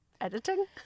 editing